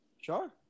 Sure